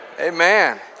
amen